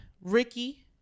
Ricky